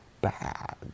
bad